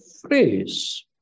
phrase